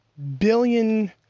billion